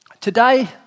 Today